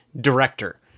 director